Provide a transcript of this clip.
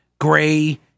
gray